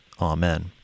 Amen